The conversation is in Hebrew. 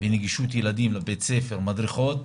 ונגישות ילדים לבתי ספר, מדרכות,